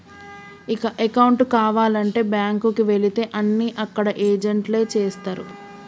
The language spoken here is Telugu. ఇక అకౌంటు కావాలంటే బ్యాంకుకి వెళితే అన్నీ అక్కడ ఏజెంట్లే చేస్తరు